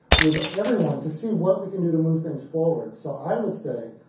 with everyone, to see what we can do to move things forward. so i would say